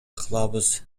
кылабыз